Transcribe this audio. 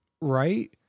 Right